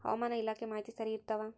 ಹವಾಮಾನ ಇಲಾಖೆ ಮಾಹಿತಿ ಸರಿ ಇರ್ತವ?